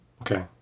Okay